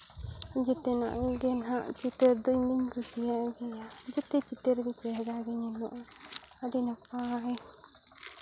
ᱡᱮᱛᱮᱱᱟᱜ ᱜᱮ ᱦᱟᱸᱜ ᱪᱤᱛᱟᱹᱨ ᱫᱚ ᱤᱧᱫᱚᱧ ᱠᱩᱥᱤᱭᱟᱜ ᱜᱮᱭᱟ ᱡᱮᱛᱮ ᱪᱤᱛᱟᱹᱨ ᱜᱮ ᱪᱮᱦᱨᱟ ᱜᱮ ᱧᱮᱞᱚᱜᱼᱟ ᱟᱹᱰᱤ ᱱᱟᱯᱟᱭ